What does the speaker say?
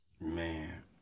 Man